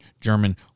German